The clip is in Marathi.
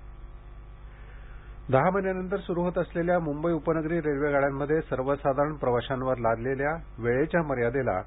लोकल प्रवास दहा महिन्यांनंतर सुरु होत असलेल्या मुंबई उपनगरी रेल्वे गाड्यांमध्ये सर्वसाधारण प्रवाशांवर लादलेल्या वेळेच्या मर्यादेला